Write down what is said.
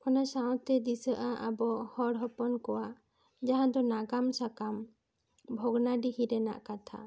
ᱚᱱᱟ ᱥᱟᱶᱛᱮ ᱫᱤᱥᱟᱹᱜᱼᱟ ᱟᱵᱚ ᱦᱚᱲ ᱦᱚᱯᱚᱱ ᱠᱚᱣᱟᱜ ᱡᱟᱦᱟᱸ ᱫᱚ ᱱᱟᱜᱟᱱ ᱥᱟᱠᱟᱢ ᱵᱷᱚᱜᱚᱱᱟᱰᱤᱦᱤ ᱨᱮᱱᱟᱜ ᱠᱟᱛᱷᱟ